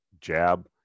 jab